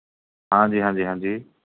ਹਾਂਜੀ ਹਾਂਜੀ ਹਾਂਜੀ